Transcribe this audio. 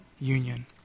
union